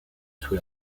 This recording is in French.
sous